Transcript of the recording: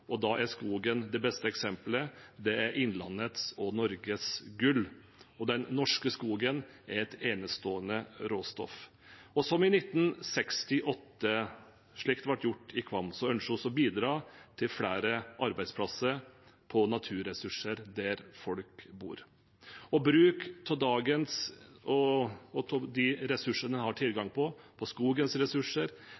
og da er skogen det beste eksempelet, det er Innlandets og Norges gull. Den norske skogen er et enestående råstoff. Og som i 1968, slik det ble gjort i Kvam, ønsker vi å bidra til flere arbeidsplasser på naturressurser der folk bor. Bruk av de ressursene en har